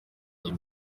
iyi